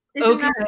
okay